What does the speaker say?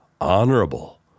honorable